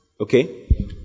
Okay